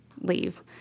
leave